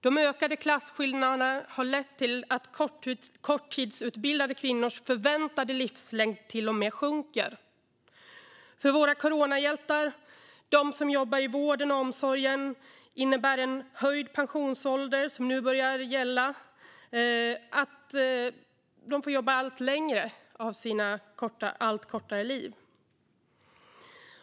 De ökade klasskillnaderna har lett till att korttidsutbildade kvinnors förväntade livslängd till och med sjunker. För våra coronahjältar som jobbar i vården och omsorgen innebär den höjda pensionsålder som nu börjar gälla att de får jobba en allt längre del av sina allt kortare liv.